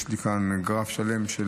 יש לי כאן גרף שלם של